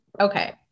okay